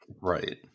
Right